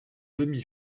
demi